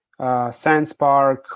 Sandspark